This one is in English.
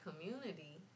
community